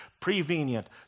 Prevenient